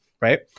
right